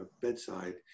bedside